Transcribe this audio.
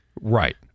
Right